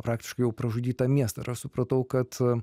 praktiškai jau pražudytą miestą ir aš supratau kad